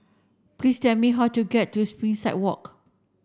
please tell me how to get to Springside Walk